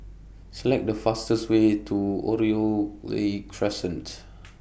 Select The fastest Way to Oriole Crescents